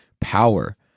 power